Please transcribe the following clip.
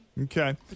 Okay